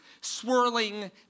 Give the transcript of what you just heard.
swirling